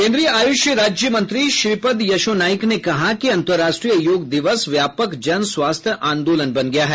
केंद्रीय आयुष राज्य मंत्री श्रीपद यशो नाइक ने कहा कि अंतरराष्ट्रीय योग दिवस व्यापक जन स्वास्थ्य आंदोलन बन गया है